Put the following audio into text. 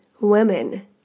women